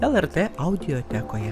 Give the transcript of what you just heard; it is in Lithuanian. lrt audiotekoje